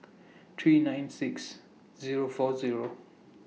three nine six Zero four Zero